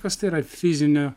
kas tai yra fizinio